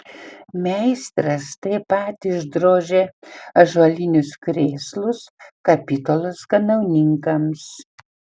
meistras taip pat išdrožė ąžuolinius krėslus kapitulos kanauninkams